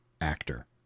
actor